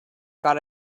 got